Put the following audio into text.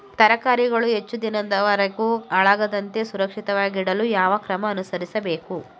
ತರಕಾರಿಗಳು ಹೆಚ್ಚು ದಿನದವರೆಗೆ ಹಾಳಾಗದಂತೆ ಸುರಕ್ಷಿತವಾಗಿಡಲು ಯಾವ ಕ್ರಮ ಅನುಸರಿಸಬೇಕು?